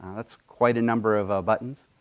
that's quite a number of ah buttons.